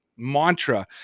mantra